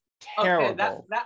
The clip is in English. terrible